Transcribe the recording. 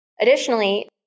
Additionally